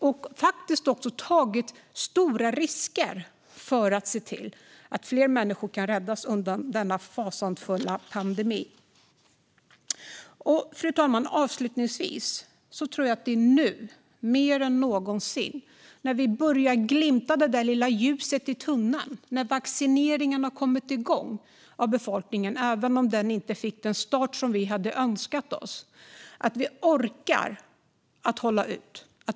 De har också tagit stora risker för att se till att fler människor kan räddas undan denna fasansfulla pandemi. Fru talman! Avslutningsvis tror jag att det är nu mer än någonsin, när vi börjar skymta den där lilla glimten av ljus i tunneln och när vaccineringen av befolkningen har kommit igång - även om den inte fick den start som vi hade önskat oss - som vi måste orka hålla ut.